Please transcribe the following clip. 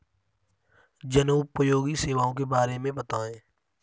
जनोपयोगी सेवाओं के बारे में बताएँ?